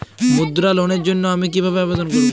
মুদ্রা লোনের জন্য আমি কিভাবে আবেদন করবো?